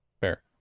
fair